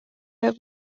jak